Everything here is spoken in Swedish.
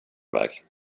väg